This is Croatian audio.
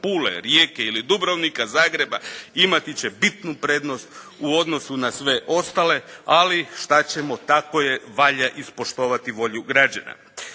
Pule, Rijeke ili Dubrovnika, Zagreba, imati će bitnu prednost u odnosu na sve ostale, ali šta ćemo, tako je, valja ispoštovati volju građana.